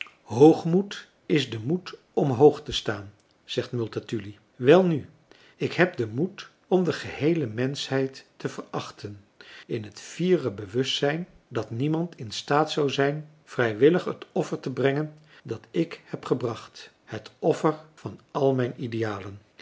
hoogmoed is de moed om hoog te staan zegt multatuli welnu ik heb den moed om de geheele menschheid te verachten in het fiere bewustzijn dat niemand in staat zou zijn vrijwillig het offer te brengen dat ik heb gebracht het offer van al mijn idealen